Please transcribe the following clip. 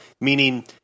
meaning